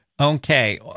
Okay